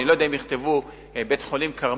אני לא יודע אם יכתבו "בית-חולים כרמל"